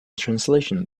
translation